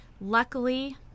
Luckily